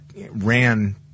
ran